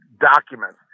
documents